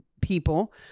people